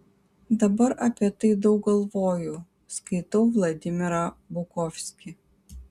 dabar apie tai daug galvoju skaitau vladimirą bukovskį